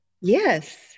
yes